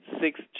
six